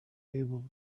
able